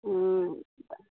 हम्म